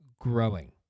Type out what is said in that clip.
growing